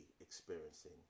experiencing